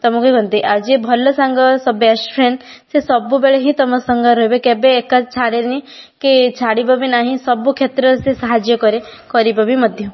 ତୁମକୁ କୁହନ୍ତି ଆଉ ଯେ ଭଲ ସାଙ୍ଗ ବେଷ୍ଟ ଫ୍ରେଣ୍ଡ ସେସବୁ ବେଳେ ହିଁ ତୁମ ସାଙ୍ଗରେ ରହିବେ କେବେ ଏକା ଛାଡ଼େନି କି ଛାଡ଼ିବ ବି ନାହିଁ ସବୁକ୍ଷେତ୍ରରେ ସେ ସାହାଯ୍ୟ କରେ କରିବ ବି ମଧ୍ୟ